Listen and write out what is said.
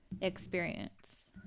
experience